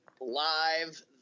Live